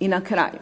I na kraju,